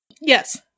Yes